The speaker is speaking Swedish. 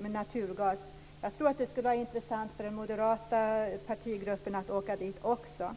med naturgas. Det skulle vara intressant för den moderata partigruppen att åka dit också.